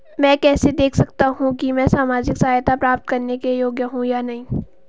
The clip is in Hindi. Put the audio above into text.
मैं कैसे देख सकता हूं कि मैं सामाजिक सहायता प्राप्त करने योग्य हूं या नहीं?